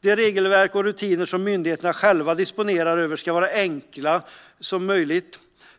De regelverk och rutiner som myndigheterna själva disponerar över ska vara sa° enkla som möjligt.